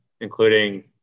including